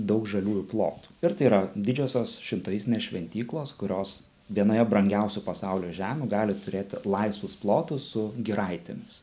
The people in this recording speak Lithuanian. daug žaliųjų plotų ir tai yra didžiosios šintaistinės šventyklos kurios vienoje brangiausių pasaulio žemių gali turėti laisvus plotus su giraitėmis